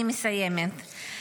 אני מסיימת.